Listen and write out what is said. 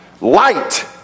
light